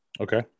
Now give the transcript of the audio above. okay